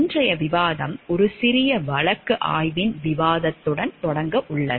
இன்றைய விவாதம் ஒரு சிறிய வழக்கு ஆய்வின் விவாதத்துடன் தொடங்க உள்ளது